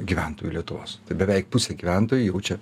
gyventojų lietuvos tai beveik pusė gyventojų jaučia